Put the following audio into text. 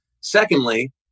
Secondly